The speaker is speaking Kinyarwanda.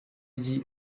ry’i